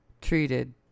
treated